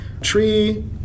Tree